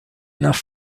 enough